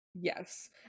Yes